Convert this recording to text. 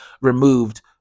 removed